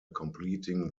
completing